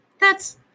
That's